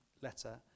letter